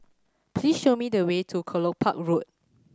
please show me the way to Kelopak Road